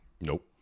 Nope